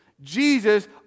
Jesus